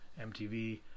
MTV